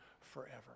forever